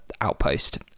outpost